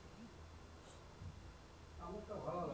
করাল জেসমিলটকে বাংলাতে আমরা শিউলি ফুল ব্যলে জানি